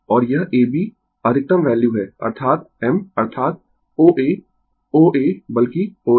और यह A B अधिकतम वैल्यू है अर्थात m अर्थात O A O a बल्कि Oa